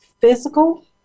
physical